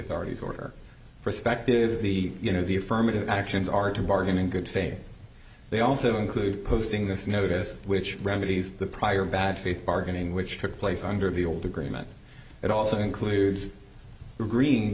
authorities or prospective the you know the affirmative actions are to bargain in good faith they also include posting this notice which remedies the prior bad faith bargaining which took place under the old agreement it also includes agreeing